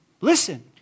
listen